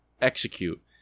execute